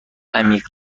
عمیق